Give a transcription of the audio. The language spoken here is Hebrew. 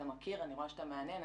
אתה מכיר, אני רואה שאתה מהנהן.